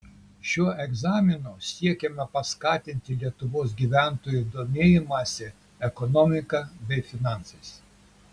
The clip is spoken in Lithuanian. šiuo egzaminu siekiama paskatinti lietuvos gyventojų domėjimąsi ekonomika bei finansais